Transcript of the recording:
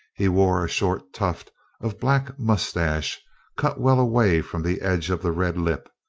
he wore a short tuft of black moustache cut well away from the edge of the red lip,